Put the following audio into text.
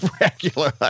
regular